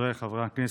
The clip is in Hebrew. חבריי חברי הכנסת,